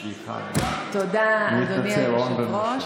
תודה, אדוני היושב-ראש.